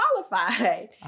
qualified